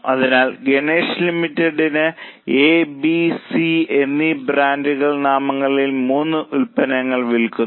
അതിനാൽ Ganesh limited A B C എന്നീ brand നാമങ്ങളിൽ മൂന്ന് ഉൽപ്പന്നങ്ങൾ വിൽക്കുന്നു